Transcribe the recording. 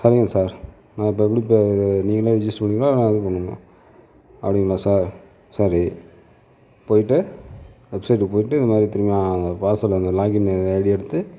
சரிங்க சார் நீங்கள் இப்போ எப்படி நீங்களே ரெஜிஸ்டர் பண்ணுறீங்ளா நாங்களே பண்ணணுமா அப்படிங்களா சார் சரி போய்விட்டு வெப்சைட்டுக்கு போய்விட்டு இது மாதிரி திரும்பவும் பாஸ்வர்ட் லாகின் ஐடி எடுத்து